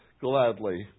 gladly